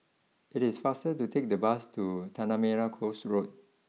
it is faster to take the bus to Tanah Merah Coast Road